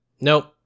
nope